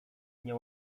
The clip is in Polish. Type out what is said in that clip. nie